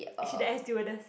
is she the air stewardess